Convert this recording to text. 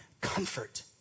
comfort